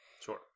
Sure